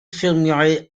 ffilmiau